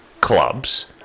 clubs